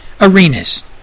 arenas